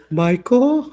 michael